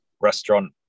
restaurant